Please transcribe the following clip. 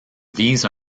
vise